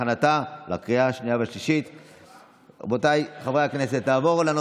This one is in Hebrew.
פעם אחת לא הצביעו בעד על, כולל, כולל, לא